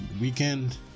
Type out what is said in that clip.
weekend